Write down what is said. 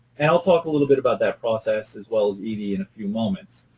and i'll talk a little bit about that process, as well as edie in a few moments.